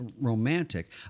romantic